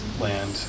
land